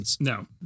No